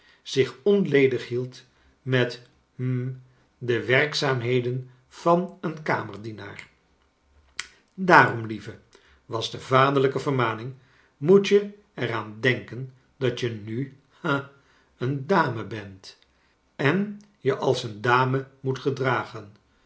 zich onledig hield met hm de werkzaamheden van e n kamerdienaar daarom lieve was de vaderlijke vermaning moet je er aan denken dat je nu ha een dame bent en je als een dame moet gedragen